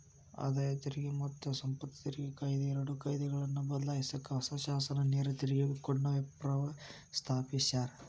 ಆದಾಯ ತೆರಿಗೆ ಮತ್ತ ಸಂಪತ್ತು ತೆರಿಗೆ ಕಾಯಿದೆ ಎರಡು ಕಾಯ್ದೆಗಳನ್ನ ಬದ್ಲಾಯ್ಸಕ ಹೊಸ ಶಾಸನ ನೇರ ತೆರಿಗೆ ಕೋಡ್ನ ಪ್ರಸ್ತಾಪಿಸ್ಯಾರ